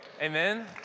Amen